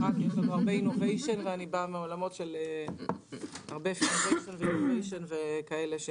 יש לנו הרבה "אינוביישן" ואני באה מעולם עם הרבה "אינוביישן" שהמצאנו,